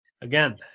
again